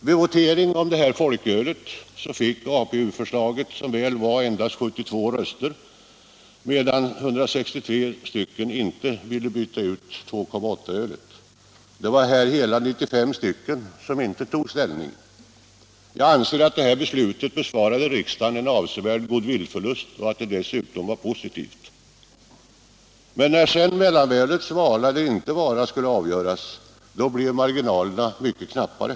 Vid votering om ”folkölet” fick APU-förslaget, som väl var, endast 72 röster, medan 163 ledamöter inte ville byta ut 2,8 96-ölet. Här var det hela 95 stycken som inte tog ställning. Jag anser att det beslutet besparade riksdagen en avsevärd goodwillförlust och att det dessutom var positivt. När så mellanölets vara eller inte vara skulle avgöras blev marginalerna betydligt knappare.